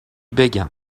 بگم